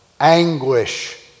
Anguish